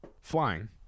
flying